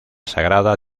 sagrada